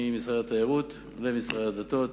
ממשרד התיירות למשרד הדתות,